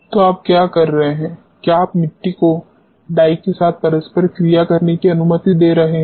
तो आप क्या कर रहे हैं क्या आप मिट्टी को डाई के साथ परस्पर क्रिया करने की अनुमति दे रहे हैं